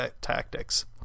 tactics